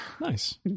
Nice